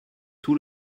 tout